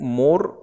more